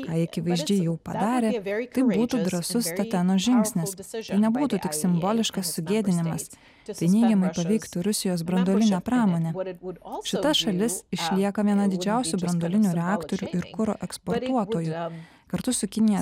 ką jie akivaizdžiai jau padarė tai būtų drąsus tatenos žingsnis tai nebūtų tik simboliškas sugėdinimas tai neigiamai paveiktų rusijos branduolinę pramonę šita šalis šalis išlieka viena didžiausiu branduolinių reaktorių ir kuro eksportuotoju kartu su kinija